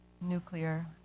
nuclear